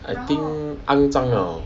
I think 肮脏了